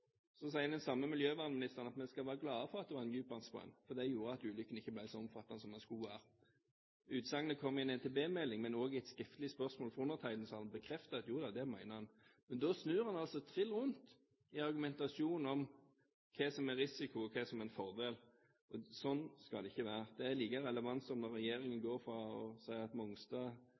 så omfattende som den kunne ha vært. Utsagnet kom i en NTB-melding, men også i svar på et skriftlig spørsmål fra undertegnede, som bekrefter at jo da, det mener han. Da snur han altså trill rundt i argumentasjonen om hva som er risiko, og hva som er en fordel. Sånn skal det ikke være. Det er like relevant som når regjeringen går fra å si at Mongstad-rapporten til Statoil først var en garantist for at en skulle rense Mongstad